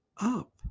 up